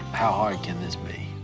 how hard can this be? mm,